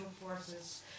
forces